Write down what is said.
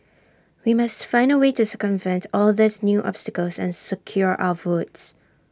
we must find A way to circumvent all these new obstacles and secure our votes